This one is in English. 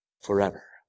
forever